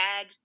add